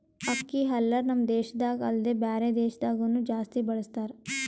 ಅಕ್ಕಿ ಹಲ್ಲರ್ ನಮ್ ದೇಶದಾಗ ಅಲ್ದೆ ಬ್ಯಾರೆ ದೇಶದಾಗನು ಜಾಸ್ತಿ ಬಳಸತಾರ್